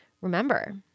remember